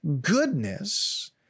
goodness